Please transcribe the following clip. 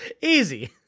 easy